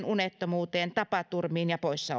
unettomuuteen tapaturmiin ja